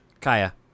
Kaya